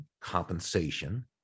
compensation